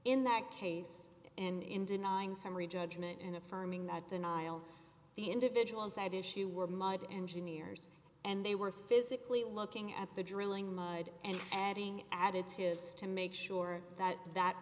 in that case and in denying summary judgment in affirming that denial the individual side issue were mud engineers and they were physically looking at the drilling mud and adding additives to make sure that that